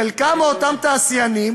חלק מאותם תעשיינים